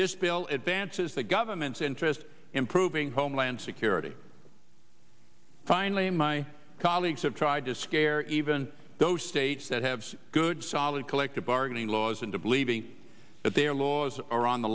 this bill advances the government's interest improving homeland security finally and my colleagues have tried to scare even those states that have good solid collective bargaining laws into believing that their laws are on the